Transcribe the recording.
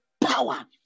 Power